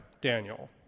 Daniel